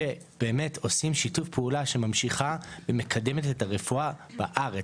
שבאמת עושים שיתוף פעולה שממשיכה ומקדמת את הרפואה בארץ.